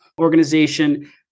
organization